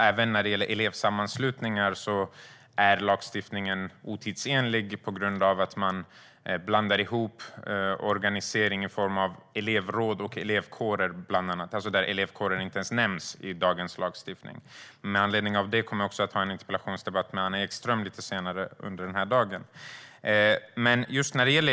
Även när det gäller elevsammanslutningar är lagstiftningen otidsenlig, bland annat på grund av att man blandar ihop organisering i form av elevråd och elevkårer - elevkårer nämns inte i dagens lagstiftning. Med anledning av det kommer jag också att ha en interpellationsdebatt med statsrådet Anna Ekström lite senare i dag.